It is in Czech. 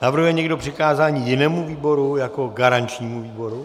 Navrhuje někdo přikázání jinému výboru jako garančnímu výboru?